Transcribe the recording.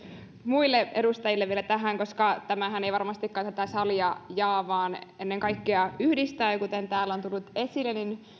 muille edustajille vielä koska tämähän ei varmastikaan tätä salia jaa vaan ennen kaikkea yhdistää kuten täällä on tullut esille